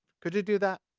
could you do that?